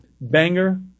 banger